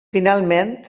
finalment